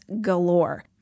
galore